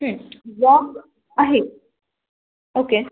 job आहे okay